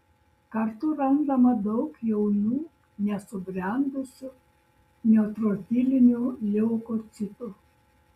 kartu randama daug jaunų nesubrendusių neutrofilinių leukocitų